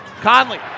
Conley